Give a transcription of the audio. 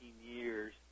years